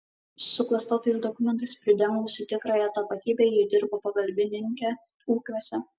suklastotais dokumentais pridengusi tikrąją tapatybę ji dirbo pagalbininke ūkiuose